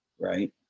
right